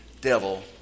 devil